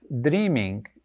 dreaming